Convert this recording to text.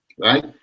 right